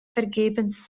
vergebens